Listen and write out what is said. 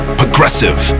progressive